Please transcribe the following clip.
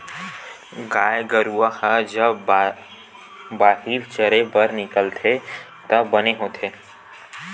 गाय गरूवा ह जब बाहिर चरे बर निकलथे त बने होथे